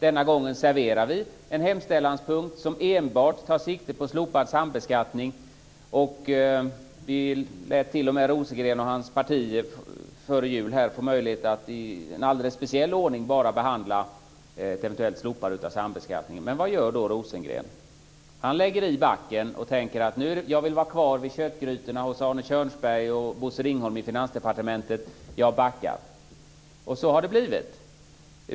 Denna gång serverar vi en hemställanspunkt som enbart tar sikte på slopad sambeskattning. Vi lät t.o.m. Rosengren och hans parti före jul få möjlighet att i en alldeles speciell ordning bara behandla ett eventuellt slopande av sambeskattningen. Men vad gör då Rosengren? Jo, han lägger i backen och tänker: Jag vill vara kvar vid köttgrytorna hos Arne Kjörnsberg och Bosse Ringholm i Finansdepartementet, och därför backar jag. Så har det också blivit.